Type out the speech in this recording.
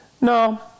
no